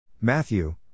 Matthew